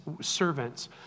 servants